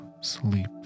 sleep